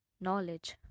knowledge